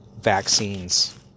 vaccines